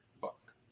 book